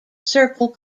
circle